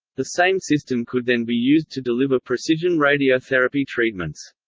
the same system could then be used to deliver precision radiotherapy treatments.